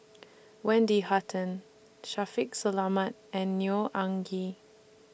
Wendy Hutton Shaffiq Selamat and Neo Anngee